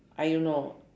I don't know